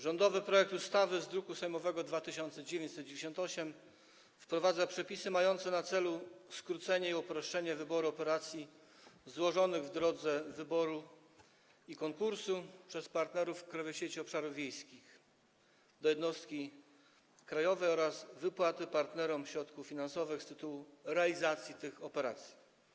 Rządowy projekt ustawy z druku sejmowego nr 2998 wprowadza przepisy mające na celu skrócenie i uproszczenie procesu wyboru operacji złożonych w drodze konkursu przez partnerów Krajowej Sieci Obszarów Wiejskich do jednostki krajowej oraz wypłaty partnerom środków finansowych z tytułu realizacji tych operacji.